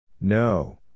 No